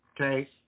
okay